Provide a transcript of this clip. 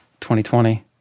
2020